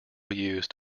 used